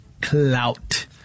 clout